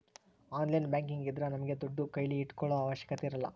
online banking ಇದ್ರ ನಮ್ಗೆ ದುಡ್ಡು ಕೈಲಿ ಇಟ್ಕೊಳೋ ಅವಶ್ಯಕತೆ ಇರಲ್ಲ